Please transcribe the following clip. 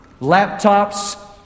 laptops